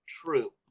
true